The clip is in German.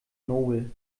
nobel